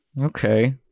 Okay